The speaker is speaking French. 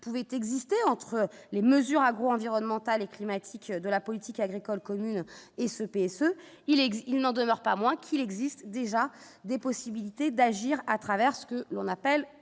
pouvaient exister entre les mesures agro-environnementales et climatiques de la politique agricole commune et ce PSE, il existe, il n'en demeure pas moins qu'il existe déjà des possibilités d'agir à travers ce que l'on appelle